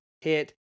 hit